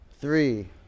three